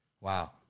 Wow